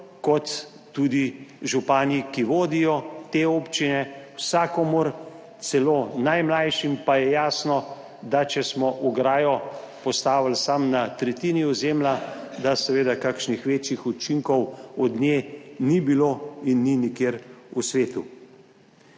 kot tudi župani, ki vodijo te občine. Vsakomur, celo najmlajšim, pa je jasno, da če smo ograjo postavili samo na tretjini ozemlja, seveda kakšnih večjih učinkov od nje ni bilo in ni nikjer v svetu.